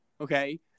Okay